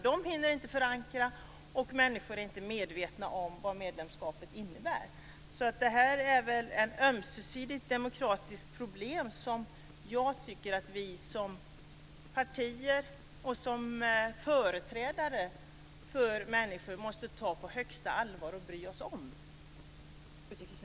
Man hinner inte förankra, och människor är inte medvetna om vad medlemskapet innebär. Vi har väl här ett ömsesidigt demokratiskt problem, som jag tycker att vi som partier och som företrädare för människor måste ta på största allvar och bry oss om.